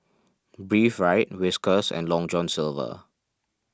Breathe Right Whiskas and Long John Silver